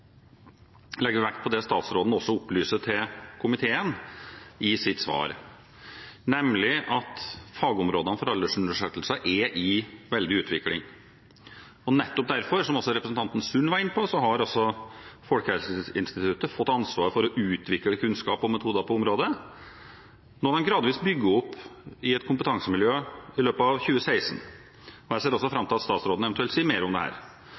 legger vi vekt på det statsråden også opplyser til komiteen i sitt svar, nemlig at fagområdene for aldersundersøkelser er i veldig utvikling. Nettopp derfor, som også representanten Sund var inne på, har Folkehelseinstituttet fått ansvar for å utvikle kunnskap og metoder på området når man gradvis bygger opp et kompetansemiljø i løpet av 2016. Jeg ser også fram til at statsråden eventuelt sier mer om